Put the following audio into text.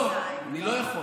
לא, אני לא יכול.